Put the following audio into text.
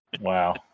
Wow